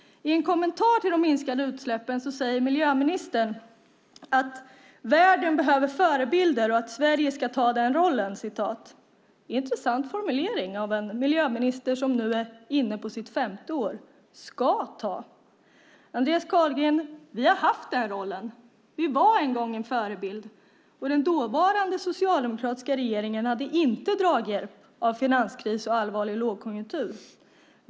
I en kommentar till de minskade utsläppen säger miljöministern att världen behöver förebilder och att Sverige ska ta den rollen. Det är en intressant formulering av en miljöminister som nu är inne på sitt femte år - "ska ta". Vi har haft den rollen, Andreas Carlgren. Vi var en gång en förebild. Den dåvarande socialdemokratiska regeringen hade inte draghjälp av finanskris och allvarlig lågkonjunktur.